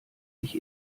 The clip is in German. ich